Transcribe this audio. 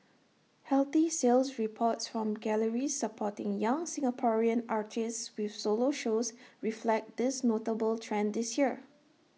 healthy sales reports from galleries supporting young Singaporean artists with solo shows reflect this notable trend this year